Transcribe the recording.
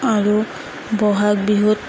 আৰু ব'হাগ বিহুত